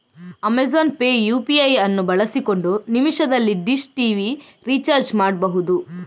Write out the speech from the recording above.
Amazon Pay UPI ಅನ್ನು ಬಳಸಿಕೊಂಡು ನಿಮಿಷದಲ್ಲಿ ಡಿಶ್ ಟಿವಿ ರಿಚಾರ್ಜ್ ಮಾಡ್ಬಹುದು